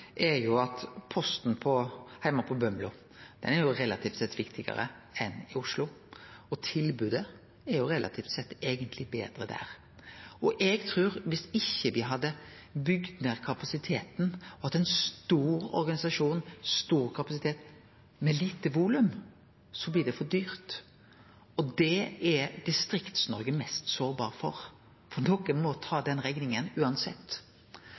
relativt sett viktigare enn i Oslo, og tilbodet er relativt sett eigentleg betre der. Eg trur at viss me ikkje hadde bygd ned kapasiteten, men hatt ein stor organisasjon, stor kapasitet, med lite volum, hadde det blitt for dyrt. Det er Distrikts-Noreg mest sårbare for, for nokon må ta den rekninga uansett.